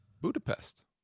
Budapest